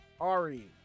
Ari